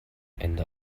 ende